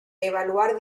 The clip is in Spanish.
evaluar